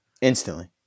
Instantly